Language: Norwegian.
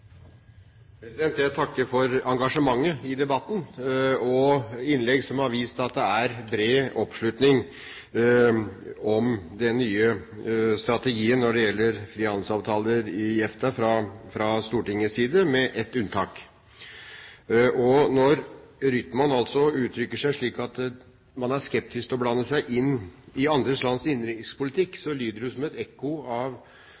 Fremskrittspartiet. Jeg takker for engasjementet i debatten og for innlegg som har vist at det er bred oppslutning fra Stortingets side om den nye strategien når det gjelder frihandelsavtaler i EFTA, med ett unntak. Når Rytman uttrykker seg slik at man er skeptisk til å blande seg inn i andre lands innenrikspolitikk, lyder det jo som et ekko av